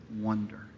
wonder